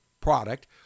product